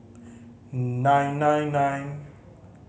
nine nine nine